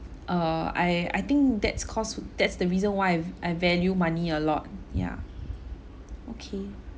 uh I I think that's cause that's the reason why I I value money a lot yeah okay